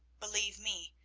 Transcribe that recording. believe me,